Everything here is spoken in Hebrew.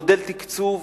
מודל תקצוב